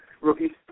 rookie